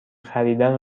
خریدن